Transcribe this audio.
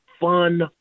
fun